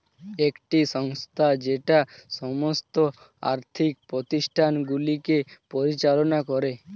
একটি সংস্থা যেটা সমস্ত আর্থিক প্রতিষ্ঠানগুলিকে পরিচালনা করে